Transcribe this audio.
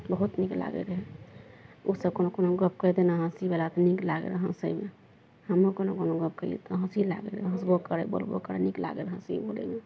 बहुत नीक लागय रहय ओसभ कोनो कोनो गप्प कहि दै ने हँसीवला तऽ नीक लागय रहय हँसयमे हमहुँ कोनो कोनो गप्प कहियइ तऽ हँसी लागय रहय हँसबो करय बोलबो करय नीक लागय रहय हँसय बोलयमे